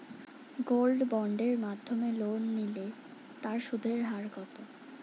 Gold বন্ডের মাধ্যমে loan নিলে তার সুদের হার কত?